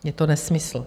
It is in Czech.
Je to nesmysl.